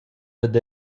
dad